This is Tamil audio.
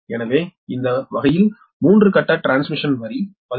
எனவே இந்த வழக்கில் 3 கட்ட டிரான்ஸ்மிஷன் வரி 13